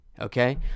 Okay